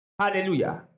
hallelujah